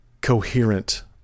coherent